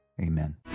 Amen